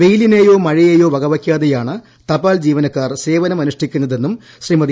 വെയിലിനെയോ മഴയെയോ വകവയ്ക്കാതെയാണ് തപാൽ ജീവനക്കാർ സേവനം അനുഷ്ഠിക്കുന്നതെന്നും ശ്രീമതി